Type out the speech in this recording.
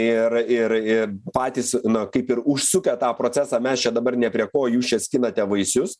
ir ir ir patys na kaip ir užsukę tą procesą mes čia dabar ne prie ko jūs čia skinate vaisius